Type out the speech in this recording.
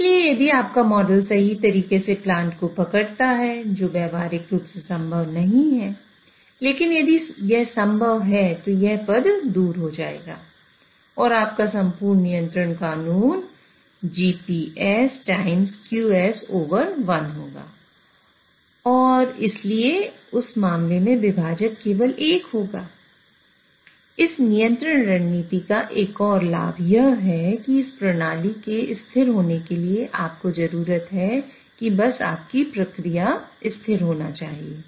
इसलिए यदि आपका मॉडल सही तरीके से प्लांट को पकड़ता है जो व्यावहारिक रूप से संभव नहीं है लेकिन यदि यह संभव है तो यह पद दूर हो जाएगा और आपका संपूर्ण नियंत्रण कानून यह है कि इस प्रणाली के स्थिर होने के लिए आपको जरूरत है कि बस आपकी प्रक्रिया स्थिर होनी चाहिए